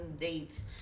dates